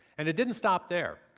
and it didn't stop there.